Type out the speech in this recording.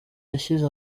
yashyize